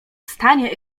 stanie